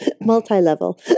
Multi-level